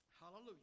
Hallelujah